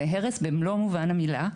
זה הרס במלוא מובן המילה,